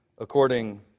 According